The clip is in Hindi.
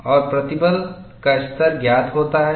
और प्रतिबल का स्तर ज्ञात होता है